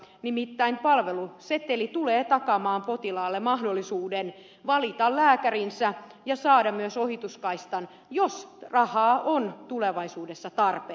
nimittäin palveluseteli tulee takaamaan potilaalle mahdollisuuden valita lääkärinsä ja saada myös ohituskaista jos rahaa on tulevaisuudessa tarpeeksi